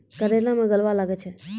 करेला मैं गलवा लागे छ?